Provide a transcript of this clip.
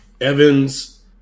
Evans